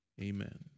amen